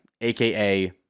aka